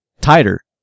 tighter